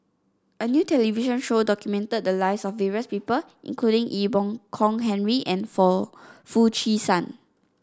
a new television show documented the lives of various people including Ee Boon Kong Henry and Foo Chee San